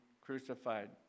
crucified